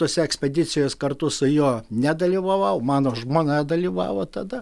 tose ekspedicijos kartu su juo nedalyvavau mano žmona dalyvavo tada